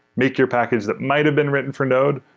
make your package that might've been written for node,